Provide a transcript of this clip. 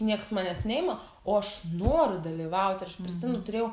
nieks manęs neima o aš noriu dalyvauti ir aš prisimenu turėjau